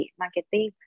marketing